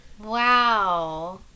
Wow